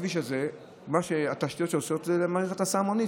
בכביש הזה התשתיות הן מערכת הסעה המונית,